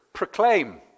proclaim